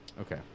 Okay